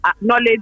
Knowledge